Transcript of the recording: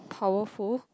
powerful